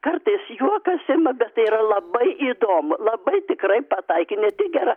kartais juokas ima bet tai yra labai įdomu labai tikrai pataikė ne tik gera